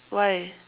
why